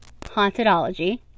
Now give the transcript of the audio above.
Hauntedology